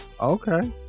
okay